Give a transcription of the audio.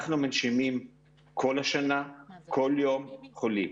אנחנו מנשימים כל השנה, כל יום, חולים.